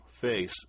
face